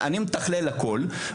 אני מתכלל הכול,